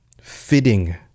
fitting